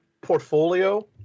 portfolio